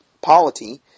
polity